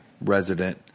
resident